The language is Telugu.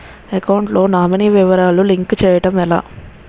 అకౌంట్ లో నామినీ వివరాలు లింక్ చేయటం ఎలా?